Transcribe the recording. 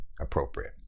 appropriate